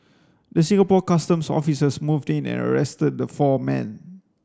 the Singapore Customs officers moved in and arrested the four men